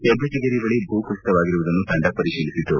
ಹೆಬ್ಬೆಟ್ಟಗೇರಿ ಬಳಿ ಭೂ ಕುಸಿತವಾಗಿರುವುದನ್ನು ತಂಡ ಪರಿಶೀಲಿಸಿತು